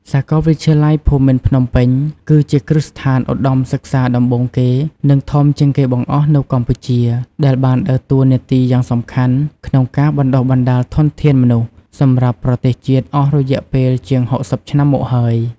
សាកលវិទ្យាល័យភូមិន្ទភ្នំពេញគឺជាគ្រឹះស្ថានឧត្តមសិក្សាដំបូងគេ និងធំជាងគេបង្អស់នៅកម្ពុជា ដែលបានដើរតួនាទីយ៉ាងសំខាន់ក្នុងការបណ្តុះបណ្តាលធនធានមនុស្សសម្រាប់ប្រទេសជាតិអស់រយៈពេលជាង ៦០ ឆ្នាំមកហើយ។